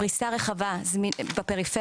פריסה רחבה בפריפריה,